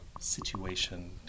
situation